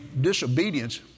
disobedience